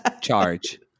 charge